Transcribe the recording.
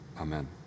Amen